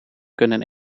kunnen